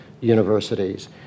universities